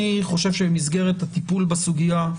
אני חושב שבמסגרת הטיפול בסוגיה,